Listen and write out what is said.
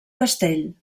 castell